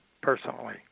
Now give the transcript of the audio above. personally